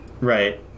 Right